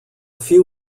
few